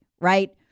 right